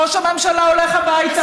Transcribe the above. ראש הממשלה הולך הביתה.